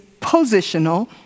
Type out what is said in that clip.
positional